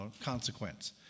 consequence